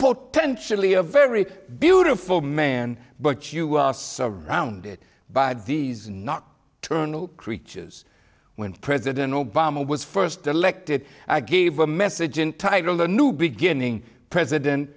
potentially a very beautiful man but you are surrounded by these not turn creatures when president obama was first elected i gave a message untitled a new beginning president